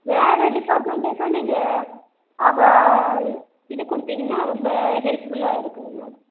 வேறு டிபார்ட்மெண்ட்டுக்கு நீங்கள் அதை இது கொடுத்திங்கனா ரொம்ப ஹெல்ப்ஃபுல்லாக இருக்குங்க மேடம்